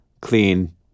clean